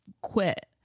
quit